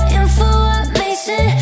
information